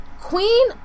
Queen